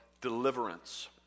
deliverance